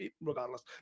Regardless